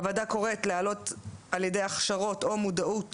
הוועדה קוראת להעלות על ידי הכשרות את מודעות